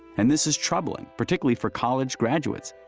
and this is troubling particularly for college graduates.